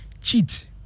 cheat